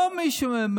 לא מישהו,